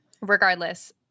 regardless